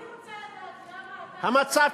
אני רוצה לדעת למה אתה רואה את זה כקטסטרופה.